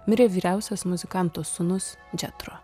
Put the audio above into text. mirė vyriausias muzikanto sūnus džetro